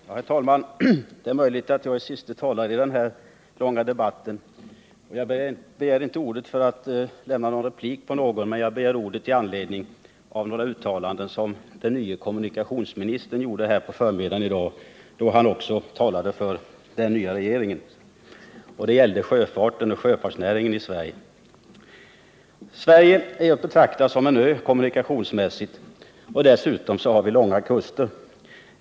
Herr talman! Det är möjligt att jag är den siste talaren i den här långa debatten. Jag har inte begärt ordet för replik, utan jag har gjort det med anledning av några uttalanden som den nye kommunikationsministern gjorde på förmiddagen, då han också talade för den nya regeringen. Det gällde sjöfarten och sjöfartsnäringen i Sverige. Sverige får betraktas som en ö kommunikationsmässigt. Dessutom, vi har långa kuster.